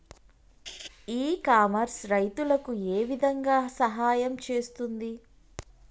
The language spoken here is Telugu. ఇ కామర్స్ రైతులకు ఏ విధంగా సహాయం చేస్తుంది?